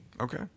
okay